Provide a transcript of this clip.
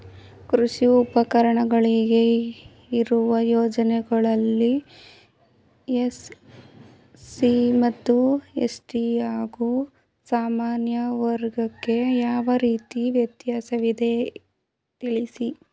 ಕೃಷಿ ಉಪಕರಣಗಳಿಗೆ ಇರುವ ಯೋಜನೆಗಳಲ್ಲಿ ಎಸ್.ಸಿ ಮತ್ತು ಎಸ್.ಟಿ ಹಾಗೂ ಸಾಮಾನ್ಯ ವರ್ಗಕ್ಕೆ ಯಾವ ರೀತಿ ವ್ಯತ್ಯಾಸವಿದೆ ತಿಳಿಸಿ?